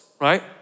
Right